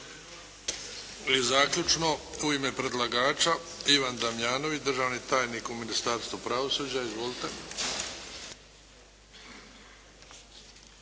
I zaključno, u ime predlagača Ivan Damjanović, državni tajnik u Ministarstvu pravosuđa. Izvolite.